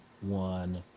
one